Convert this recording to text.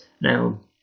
Now